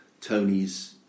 Tony's